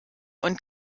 und